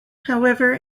however